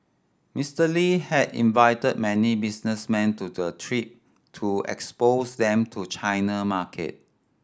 Mister Lee had invited many businessmen to the trip to expose them to China market